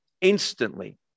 instantly